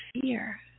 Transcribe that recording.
fear